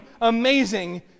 amazing